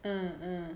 uh uh